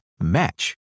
match